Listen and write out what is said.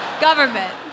Government